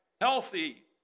healthy